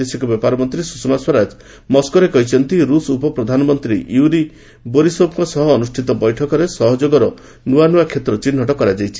ବୈଦେଶିକ ବ୍ୟାପାର ମନ୍ତ୍ରୀ ସୁଷମା ସ୍ୱରାଜ ମସ୍କୋରେ କହିଛନ୍ତି ରୁଷ ଉପପ୍ରଧାନମନ୍ତ୍ରୀ ୟୁରୀ ବୋରିସୋଭ୍ଙ୍କ ସହ ଅନୁଷ୍ଠିତ ବୈଠକରେ ସହଯୋଗର ନୂଆନୂଆ କ୍ଷେତ୍ର ଚିହ୍ନଟ କରାଯାଇଛି